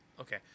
Okay